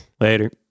Later